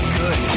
good